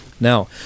Now